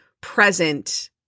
present